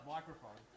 Microphone